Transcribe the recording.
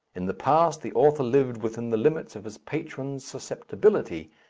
in the past the author lived within the limits of his patron's susceptibility,